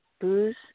booze